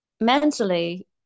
Mentally